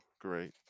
Great